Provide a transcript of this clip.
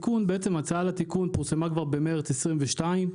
ההצעה לתיקון פורסמה כבר במרץ 22',